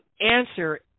answer